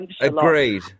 agreed